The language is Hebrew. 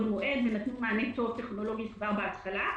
מועד ונתנו מענה טכנולוגי טוב כבר בהתחלה.